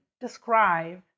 describe